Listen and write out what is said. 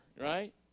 right